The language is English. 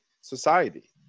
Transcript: society